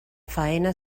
faena